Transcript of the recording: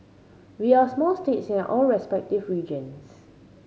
we are small states in our respective regions